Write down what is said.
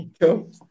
Cool